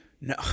No